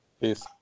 Peace